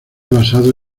basado